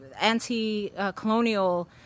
anti-colonial